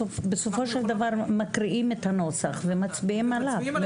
בסופו של דבר מקריאים את הנוסח ומצביעים עליו.